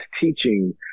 teaching